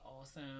awesome